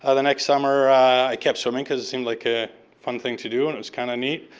ah the next summer i kept swimming because it seemed like a fun thing to do. and it was kind of neat.